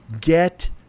Get